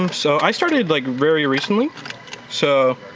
um so i started like very recently so